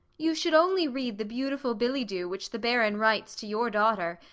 you should only read the beautiful billy-doux which the baron writes to your daughter.